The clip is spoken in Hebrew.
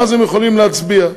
ואז הם יכולים להצביע.